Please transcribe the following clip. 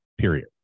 period